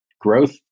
Growth